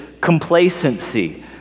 complacency